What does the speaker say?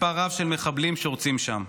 מספר רב של מחבלים שורצים שם.